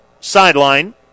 sideline